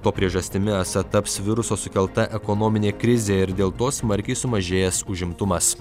to priežastimi esą taps viruso sukelta ekonominė krizė ir dėl to smarkiai sumažėjęs užimtumas